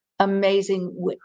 amazing